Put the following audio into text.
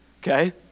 okay